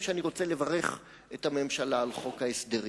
לילה קשה עבר על כוחותינו באותו לילה.